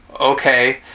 okay